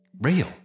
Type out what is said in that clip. Real